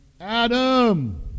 Adam